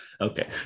Okay